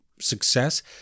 success